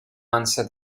answer